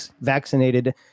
vaccinated